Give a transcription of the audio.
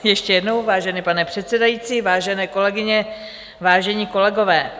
Ještě jednou, vážený pane předsedající, vážené kolegyně, vážení kolegové.